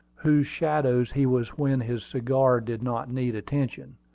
whose shadow he was when his cigar did not need attention.